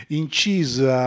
incisa